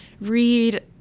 read